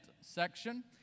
section